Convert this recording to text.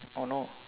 oh no